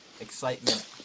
Excitement